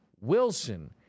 Wilson